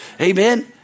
Amen